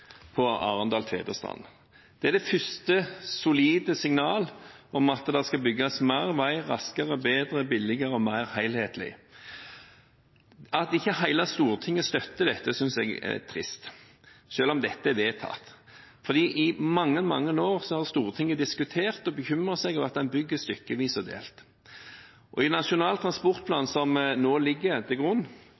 Det er det første solide signal om at det skal bygges mer vei – raskere, bedre, billigere og mer helhetlig. At ikke hele Stortinget støtter dette, synes jeg er trist, selv om det er vedtatt. I mange, mange år har Stortinget diskutert og bekymret seg over at man bygger stykkevis og delt. I forbindelse med Nasjonal transportplan som nå ligger til grunn,